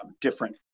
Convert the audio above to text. different